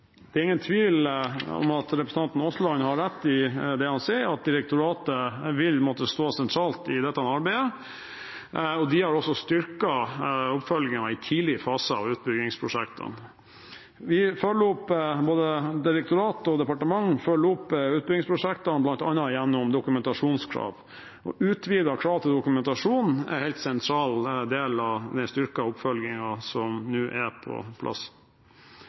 Det er ingen tvil om at representanten Aasland har rett i det han sier, at direktoratet vil måtte stå sentralt i dette arbeidet, og de har også styrket oppfølgingen i tidlige faser av utbyggingsprosjektene. Både direktoratet og departementet følger opp utbyggingsprosjektene bl.a. gjennom dokumentasjonskrav, og utvidede krav til dokumentasjon er en helt sentral del av den styrkede oppfølgingen som nå er på plass.